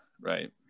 right